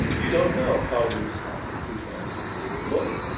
you don't know how the response is going to look.